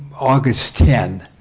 august ten.